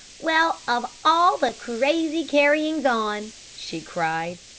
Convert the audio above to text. well, of all the crazy carryings on! she cried.